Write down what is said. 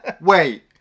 Wait